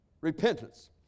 Repentance